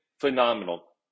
phenomenal